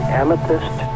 amethyst